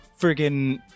friggin